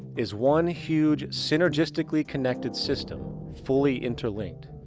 is one huge synergistically connected system fully interlinked.